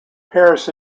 harris